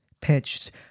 pitched